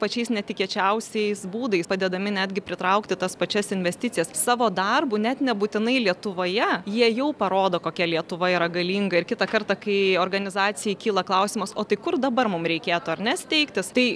pačiais netikėčiausiais būdais padėdami netgi pritraukti tas pačias investicijas savo darbu net nebūtinai lietuvoje jie jau parodo kokia lietuva yra galinga ir kitą kartą kai organizacijai kyla klausimas o tai kur dabar mum reikėtų ar ne steigtis tai